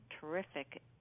terrific